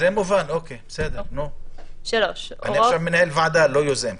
אני עכשיו מנהל ועדה, לא יוזם.